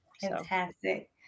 Fantastic